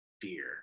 fear